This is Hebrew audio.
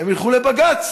הן ילכו לבג"ץ.